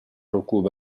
ركوب